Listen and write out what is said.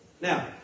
Now